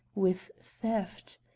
with theft?